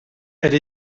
elle